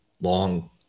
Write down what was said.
long